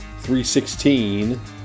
316